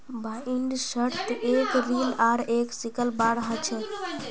बाइंडर्सत एक रील आर एक सिकल बार ह छे